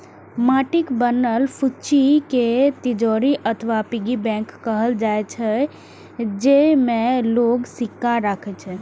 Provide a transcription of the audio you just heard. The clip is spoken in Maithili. माटिक बनल फुच्ची कें तिजौरी अथवा पिग्गी बैंक कहल जाइ छै, जेइमे लोग सिक्का राखै छै